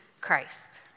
Christ